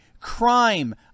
crime